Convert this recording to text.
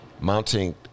mounting